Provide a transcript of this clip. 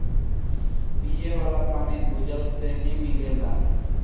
पिये वाला पानी भूजल से ही मिलेला